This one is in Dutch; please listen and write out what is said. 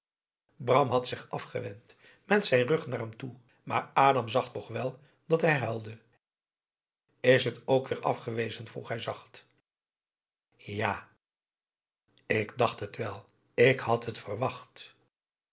bram had zich afgewend met zijn rug naar hem toe maar adam zag toch wel dat hij huilde is het ook weer afgewezen vroeg hij zacht ja ik dacht het wel ik had het verwacht